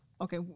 okay